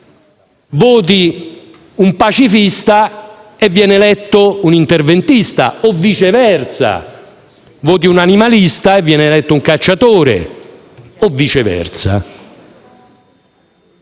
voti un pacifista e viene eletto un interventista, o viceversa; voti un animalista e viene eletto un cacciatore, o viceversa.